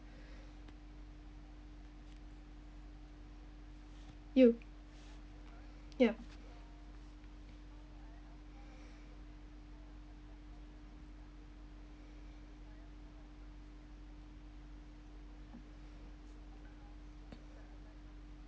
you yup